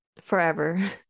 forever